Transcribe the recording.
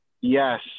Yes